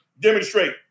demonstrate